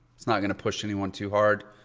it's not going to push anyone too hard.